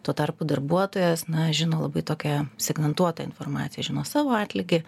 tuo tarpu darbuotojas na žino labai tokią segmentuotą informaciją žino savo atlygį